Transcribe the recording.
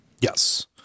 yes